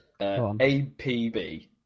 APB